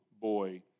boy